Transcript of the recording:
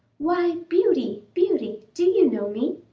why, beauty! beauty! do you know me?